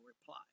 reply